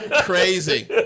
Crazy